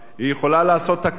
היא יכולה לעשות הכול